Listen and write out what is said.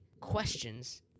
questions